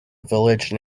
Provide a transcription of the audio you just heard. village